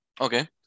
Okay